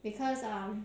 because um